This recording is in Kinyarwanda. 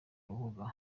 rubuga